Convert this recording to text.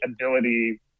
ability